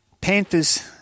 Panthers